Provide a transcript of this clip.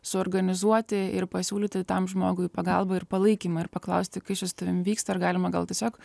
suorganizuoti ir pasiūlyti tam žmogui pagalbą ir palaikymą ir paklausti kas čia su tavim vyksta ar galima gal tiesiog